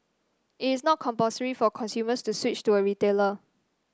it is not compulsory for consumers to switch to a retailer